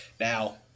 Now